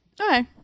Okay